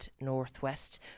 Northwest